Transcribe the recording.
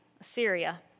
Assyria